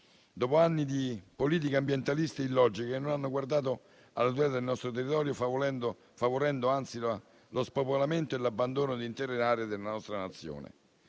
dopo anni di politiche ambientaliste illogiche che non hanno guardato alla tutela del nostro territorio, favorendo anzi lo spopolamento e l'abbandono di intere aree della nostra Nazione.